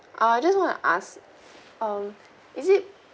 ah I just want to ask um is it